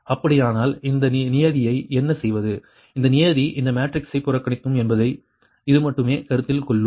அப்படியானால் இந்தச் நியதியை என்ன செய்வது இந்தச் நியதி இந்த மேட்ரிக்ஸைப் புறக்கணிக்கும் என்பதை இது மட்டுமே கருத்தில் கொள்ளும்